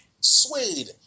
Suede